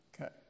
Okay